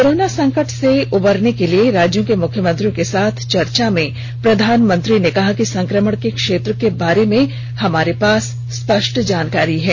corona संकट से उबरने के लिए राज्यों के मुख्यमंत्रियों के साथ चर्चा में प्रधानमंत्री ने कहा कि संक्रमण के क्षेत्रों के बारे में हमारे पास स्पष्ट जानकारी है